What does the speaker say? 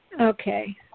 Okay